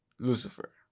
Lucifer